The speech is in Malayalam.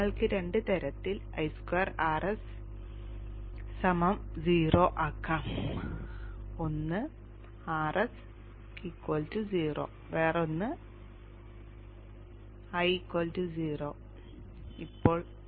നിങ്ങൾക്ക് രണ്ട് തരത്തിൽ I2Rs0 ആക്കാം ഒന്ന് Rs 0 വേറൊന്ന് I 0 ആക്കാം